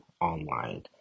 online